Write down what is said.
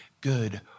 good